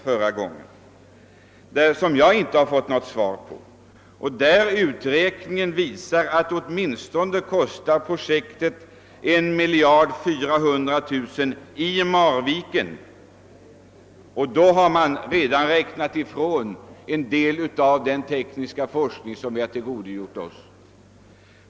Uträkningen visar att projektet i Marviken kostar åtminstone 1,4 miljarder kronor. Då har man redan räknat ifrån en del av den tekniska forskning som vi har tillgodogjort oss.